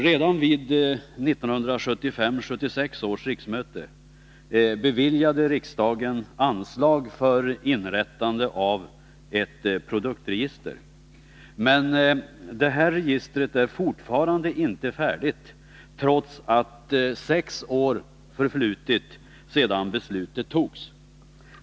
Redan vid 1975/76 års riksmöte beviljade riksdagen anslag för inrättande av ett produktregister. Men detta register är fortfarande inte färdigt, trots att sex år förflutit sedan beslutet togs.